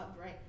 right